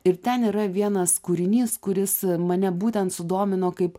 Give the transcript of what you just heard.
ir ten yra vienas kūrinys kuris e mane būtent sudomino kaip